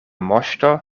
moŝto